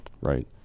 Right